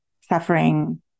suffering